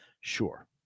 Sure